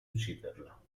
ucciderla